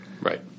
Right